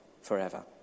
forever